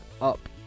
up